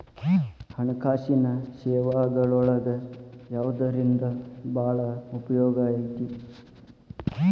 ಹಣ್ಕಾಸಿನ್ ಸೇವಾಗಳೊಳಗ ಯವ್ದರಿಂದಾ ಭಾಳ್ ಉಪಯೊಗೈತಿ?